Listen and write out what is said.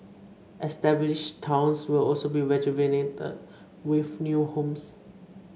established towns will also be rejuvenated with new homes